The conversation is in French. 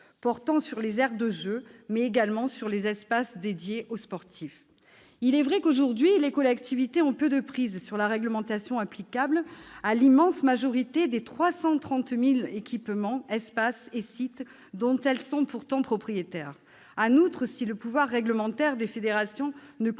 portant sur les aires de jeu, mais également sur les espaces dédiés aux sportifs. Aujourd'hui, il est vrai que les collectivités ont peu de prise sur la réglementation applicable à l'immense majorité des 330 000 équipements, espaces et sites dont elles sont pourtant propriétaires. En outre, si le pouvoir réglementaire des fédérations ne concerne